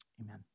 Amen